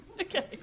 okay